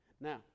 now